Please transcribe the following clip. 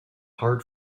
hard